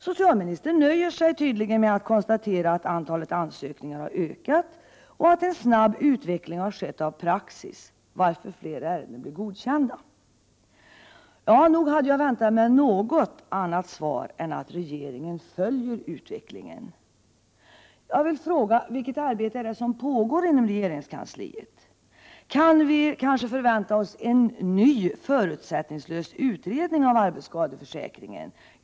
Socialministern nöjer sig tydligen med att konstatera att antalet ansökningar har ökat och att en snabb utveckling av praxis skett, varför fler ärenden blir godkända. Nog hade jag väntat mig något annat svar än att regeringen följer utvecklingen! Jag vill fråga: Vilket arbete är det som pågår inom regeringskansliet? Kan vi förvänta oss en ny, förutsättningslös utredning av arbetsskadeförsäkringen?